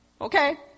okay